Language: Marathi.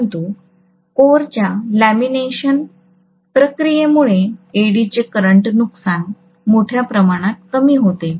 परंतु कोरच्या लॅमिनेशन प्रक्रियेमुळे एडीचे करंट नुकसान मोठ्या प्रमाणात कमी होते